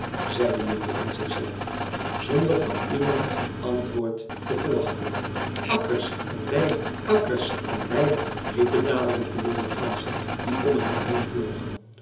zei de jongen in zichzelf zonder van iemand antwoord te verwachten akkers en weiden akkers en weiden riepen dadelijk de wilde ganzen die om hem heen vlogen